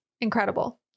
Incredible